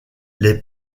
les